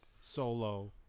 solo